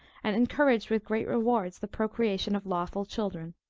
and encouraged with great rewards, the procreation of lawful children.